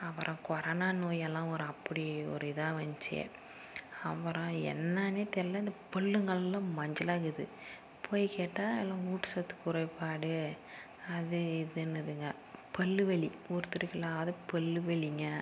அப்புறம் கொரோனா நோயெல்லாம் ஒரு அப்படி ஒரு இதாக வந்துச்சு அப்புறம் என்னன்னே தெரில இந்த பிள்ளுங்கள்லாம் மஞ்சளாகுது போய் கேட்டால் எல்லாம் ஊட்டசத்து குறைபாடு அது இதுன்னுதுங்க பல் வலி ஒருத்தர்க்கில்லாத பல் வலிங்க